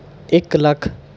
ਇੱਕ ਲੱਖ